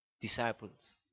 disciples